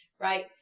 Right